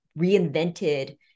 reinvented